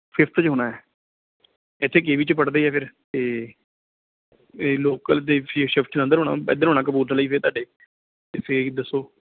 fifth 'ਚ ਹੋਣਾ ਹੈ ਇੱਥੇ ਕੇ ਵੀ 'ਚ ਪੜ੍ਹਦੇ ਹੈ ਫਿਰ ਤਾਂ ਇਹ ਲੋਕਲ ਦੇ ਸ਼ੇ ਸ਼ਿਫਟ ਜਲੰਧਰ ਹੋਣਾ ਇੱਧਰ ਹੋਣਾ ਕਪੂਰਥਲੇ ਫਿਰ ਤੁਹਾਡੇ ਤਾਂ ਫਿਰ ਦੱਸੋ